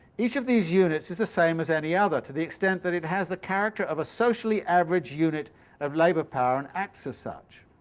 each of these units is the same as any other to the extent that it has the character of a socially average unit of labour-power and and acts as such,